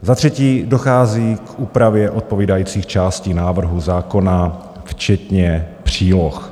Za třetí dochází k úpravě odpovídajících částí návrhu zákona včetně příloh.